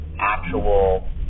actual